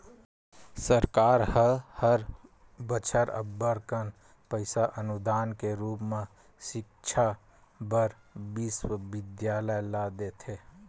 सरकार ह हर बछर अब्बड़ कन पइसा अनुदान के रुप म सिक्छा बर बिस्वबिद्यालय ल देथे